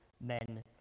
men